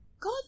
God